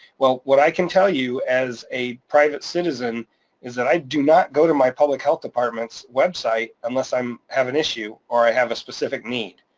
well, what i can tell you as a private citizen is that i do not go to my public health department's website unless i um have an issue or i have a specific need.